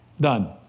done